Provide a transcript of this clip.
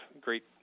great